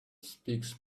speaks